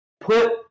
put